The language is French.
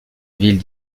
ville